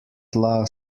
tla